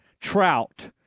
Trout